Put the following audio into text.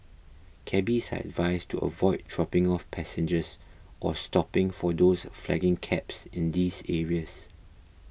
cabbies are advised to avoid dropping off passengers or stopping for those flagging cabs in these areas